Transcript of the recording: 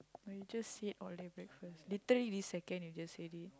but you just said all day breakfast literally this second you just said it